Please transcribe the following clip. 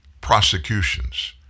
prosecutions